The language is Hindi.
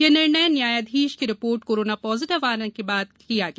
यह निर्णय न्यायाधीश की रिपोर्ट कोरोना पॉजिटिव आने के बाद लिया गया